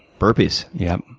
burpees? yeah.